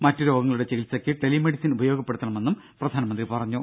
മറ്റ് രോഗങ്ങളുടെ ചികിത്സക്ക് ടെലി മെഡിസിൻ ഉപയോഗപ്പെടുത്തണമെന്നും പ്രധാനമന്ത്രി പറഞ്ഞു